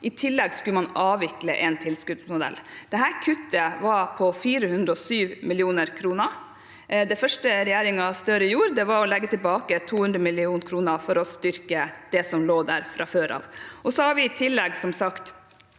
I tillegg skulle man avvikle en tilskuddsmodell. Dette kuttet var på 407 mill. kr. Det første regjeringen Støre gjorde, var å legge tilbake 200 mill. kr for å styrke det som lå der fra før. I tillegg har vi som sagt